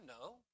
No